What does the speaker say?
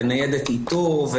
וניידת איתור,